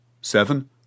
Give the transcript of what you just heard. Seven